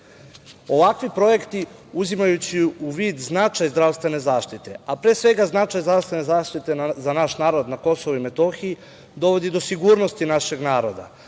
KiM.Ovakvi projekti, uzimajući u vid značaj zdravstvene zaštite, a pre svega značaj zdravstvene zaštite za naš narod na Kosovu i Metohiji, dovodi do sigurnosti našeg naroda,